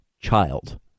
child